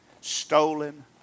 Stolen